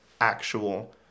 actual